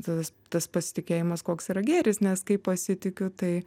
tada tas pasitikėjimas koks yra gėris nes kai pasitikiu tai